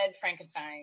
Frankenstein